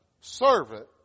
servant